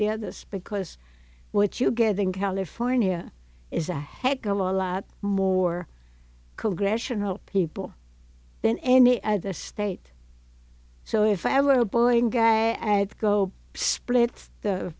the of this because what you get in california is a head go a lot more congressional people than any other state so if i were a boeing guy i'd go split the